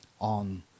on